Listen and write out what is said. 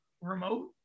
remote